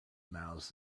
mouths